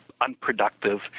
unproductive